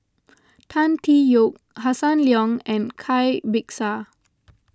Tan Tee Yoke Hossan Leong and Cai Bixia